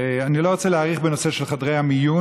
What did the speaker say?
אני לא רוצה להאריך בנושא של חדרי המיון.